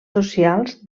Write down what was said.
socials